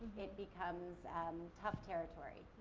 it becomes tough territory.